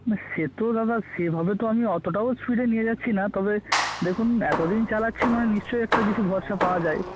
সে তো দাদা সেভাবে তো আমি অতটাও স্পিডে নিয়ে যাচ্ছি না তবে দেখুন এতদিন চালাচ্ছি মানে নিশ্চয় একটা কিছু ভরসা পাওয়া যায়